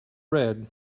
red